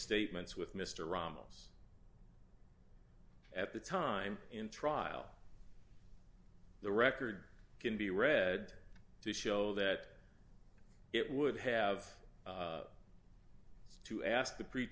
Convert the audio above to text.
statements with mr ramos at the time in trial the record can be read to show that it would have to ask the pre